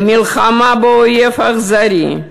למלחמה באויב האכזרי.